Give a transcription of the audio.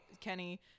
kenny